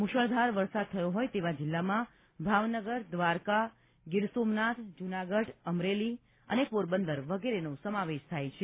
મૂશળધાર વરસાદ થયો હોય તેવા જિલ્લામાં ભાવનગર દ્વારકા ગીર સોમનાથ જૂનાગઢ અમરેલી અને પોરબંદર વગેરેનો સમાવેશ થાય છે